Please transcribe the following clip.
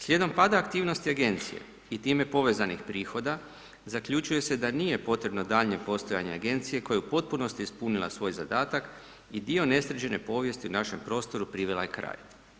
Slijedom pada aktivnosti Agencije i time povezanih prihoda, zaključuje se da nije potrebno daljnje postojanje Agencije koja je u potpunosti ispunila svoj zadatak i dio nesređene povijesti u našem prostoru privela je kraju.